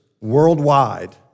worldwide